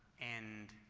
and